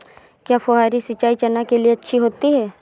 क्या फुहारी सिंचाई चना के लिए अच्छी होती है?